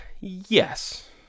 Yes